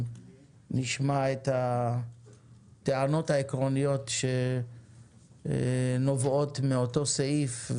נשמע את הטענות העקרוניות שנובעות מאותו סעיף.